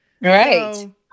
Right